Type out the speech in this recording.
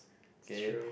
okay